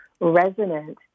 resonant